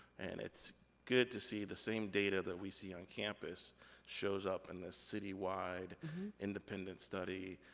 and, it's good to see the same data that we see on campus shows up in this city-wide independent study,